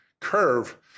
curve